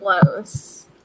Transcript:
close